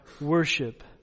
worship